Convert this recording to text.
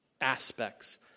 aspects